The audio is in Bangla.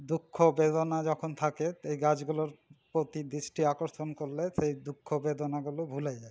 দুঃখ বেদনা যখন থাকে এই গাছগুলোর প্রতি দৃষ্টি আকর্ষণ করলে সেই দুঃখ বেদনাগুলো ভুলে যাই